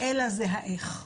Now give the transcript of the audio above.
אלא זה ה"איך".